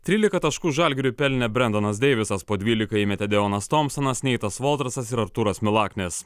trylika taškų žalgiriui pelnė brendonas deivisas po dvylika įmetė deonas tomsonas neitas voltersas ir artūras milaknis